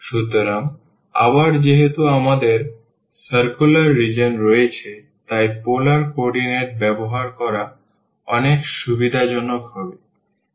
সুতরাং আবার যেহেতু আমাদের circular রিজিওন রয়েছে তাই পোলার কোঅর্ডিনেট ব্যবহার করা অনেক সুবিধাজনক হবে